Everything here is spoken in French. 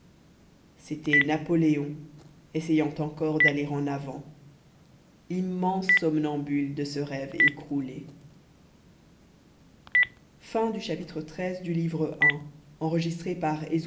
c'était napoléon essayant encore d'aller en avant immense somnambule de ce rêve écroulé